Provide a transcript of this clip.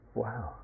wow